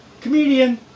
comedian